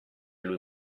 lui